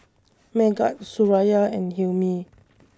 Megat Suraya and Hilmi